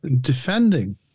defending